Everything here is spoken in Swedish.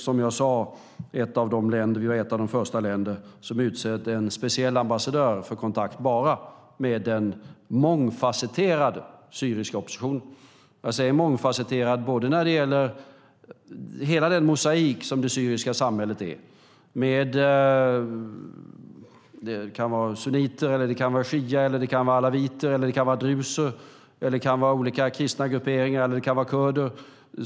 Som jag sade är Sverige ett av de första länder som utsåg en speciell ambassadör för kontakt bara med den mångfasetterade syriska oppositionen. Jag säger mångfasetterad när det gäller hela den mosaik som det syriska samhället är med sunniter, shia, alawiter eller druser, olika kristna grupperingar eller kurder.